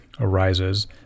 arises